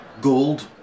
Gold